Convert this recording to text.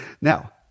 Now